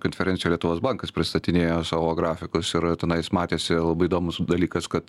konferencijoj lietuvos bankas pristatinėjo savo grafikus ir tenais matėsi labai įdomus dalykas kad